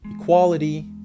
equality